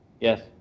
Yes